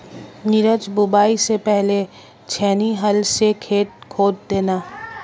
नीरज बुवाई से पहले छेनी हल से खेत खोद देना